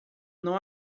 não